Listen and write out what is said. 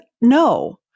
no